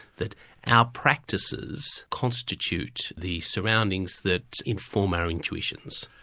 that our practices constitute the surroundings that inform our intuitions.